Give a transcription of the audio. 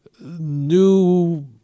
new